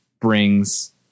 brings